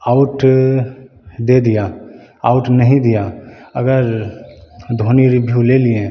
out दे दिया out नहीं दिया अगर धोनी रिव्यू ले लिए